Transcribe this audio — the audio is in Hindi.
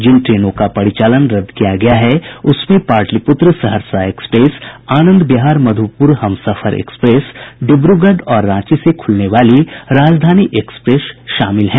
जिन ट्रेनों का परिचालन रद्द किया गया है उसमें पाटलिपुत्र सहरसा एक्सप्रेस आनंद विहार मधुपुर हमसफर एक्सप्रेस डिब्रूगढ़ और रांची से खुलने वाली राजधानी एक्सप्रेस शामिल हैं